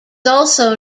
also